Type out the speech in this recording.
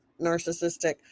narcissistic